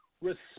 Respect